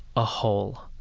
a hole,